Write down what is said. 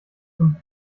zum